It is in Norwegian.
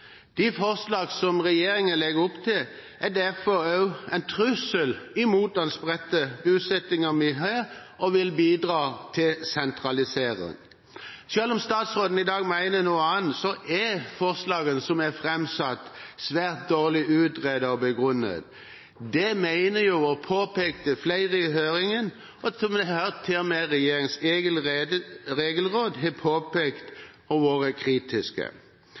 De forslag som regjeringen legger opp til, er derfor også en trussel mot den spredte bosettingen vi har, og vil bidra til sentralisering. Selv om statsråden i dag mener noe annet, er forslagene som er framsatt, svært dårlig utredet og begrunnet. Det mente – og påpekte – flere i høringen, og til og med regjeringens eget regelråd har påpekt det og vært